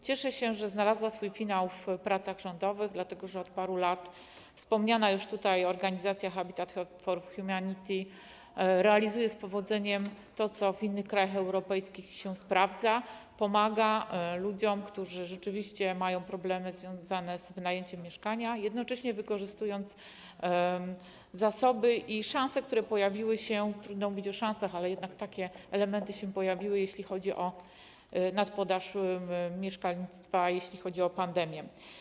Cieszę się, że znalazła swój finał w pracach rządowych, dlatego że od paru lat wspomniana już tutaj organizacja Habitat for Humanity realizuje z powodzeniem to, co w innych krajach europejskich się sprawdza, pomaga ludziom, którzy rzeczywiście mają problemy związane z wynajęciem mieszkania, jednocześnie wykorzystując zasoby i szanse, które pojawiły się... trudno mówić o szansach, ale jednak takie elementy się pojawiły, jeśli chodzi o nadpodaż w mieszkalnictwie i jeśli chodzi o pandemię.